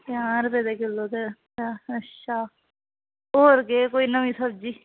पंजाह् रपेऽ दे किल्लो ते अच्छा होर केह् कोई नमीं सब्जी